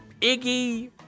Iggy